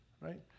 Right